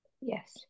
Yes